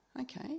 okay